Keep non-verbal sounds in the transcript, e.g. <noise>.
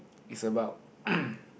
it's about <coughs>